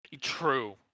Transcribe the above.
True